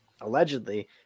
allegedly